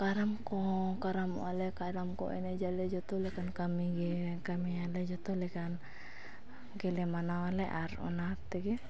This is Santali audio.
ᱠᱟᱨᱟᱢ ᱠᱚᱦᱚᱸ ᱠᱟᱨᱟᱢᱚᱜᱼᱟ ᱞᱮ ᱠᱟᱨᱟᱢ ᱠᱚ ᱮᱱᱮᱡ ᱟᱞᱮ ᱡᱚᱛᱚ ᱞᱮᱠᱟᱱ ᱠᱟᱹᱢᱤ ᱜᱮ ᱠᱟᱹᱢᱤᱭᱟᱞᱮ ᱡᱚᱛᱚ ᱞᱮᱠᱟᱱ ᱜᱮᱞᱮ ᱢᱟᱱᱟᱣᱟᱞᱮ ᱟᱨ ᱚᱱᱟᱛᱮᱜᱮ